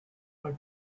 but